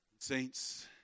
Saints